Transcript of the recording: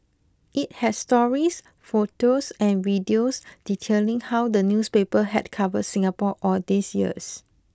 it has stories photos and videos detailing how the newspaper had covered Singapore all these years